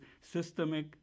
systemic